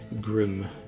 Grim